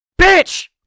bitch